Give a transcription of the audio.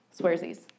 Swearsies